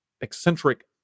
eccentric